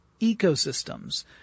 ecosystems